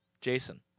jason